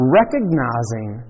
recognizing